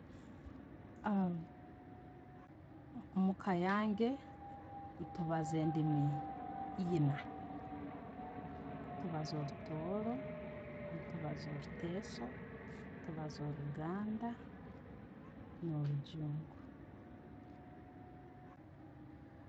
Muka yange, tubaaza endiimi eiina. Tubaaza orutooro, tubaaza oruteso, tubaaza oruganda no'rujungu.